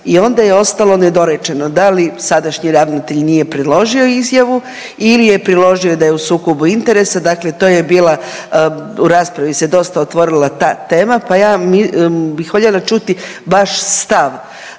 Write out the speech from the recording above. I onda je ostalo nedorečeno da li sadašnji ravnatelj nije priložio ili je priložio da je sukobu interesa, dakle to je bila, u raspravi se dosta otvorila ta tema, pa ja bih voljela čuti vaš stav.